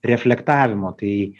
reflektavimo tai